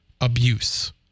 Abuse